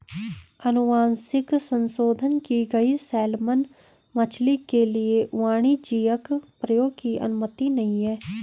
अनुवांशिक संशोधन की गई सैलमन मछली के लिए वाणिज्यिक प्रयोग की अनुमति नहीं है